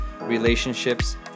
relationships